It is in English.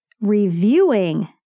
reviewing